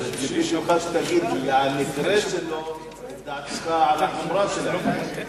אז ציפיתי ממך שתגיד מלה על המקרה ודעתך על החומרה שלו.